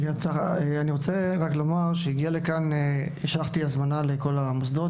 אני רוצה לומר ששלחתי הזמנה לכל המוסדות,